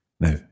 Now